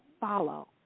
follow